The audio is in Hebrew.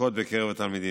מצוקות בקרב התלמידים,